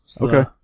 Okay